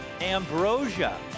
Ambrosia